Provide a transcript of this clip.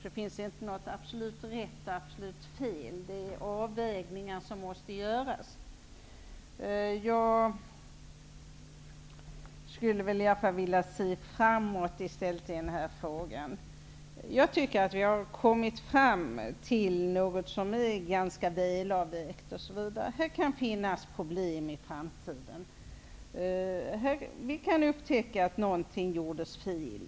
Det finns nämligen inget absolut rätt eller fel, utan avvägningar måste göras. I denna fråga vill jag i stället se frammåt. Jag tycker att vi kommit fram till något som är ganska välavvägt. Visserligen kan problem uppstå i framtiden. Vi kan t.ex. upptäcka att någonting gjorts fel.